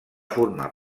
formar